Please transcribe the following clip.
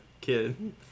kid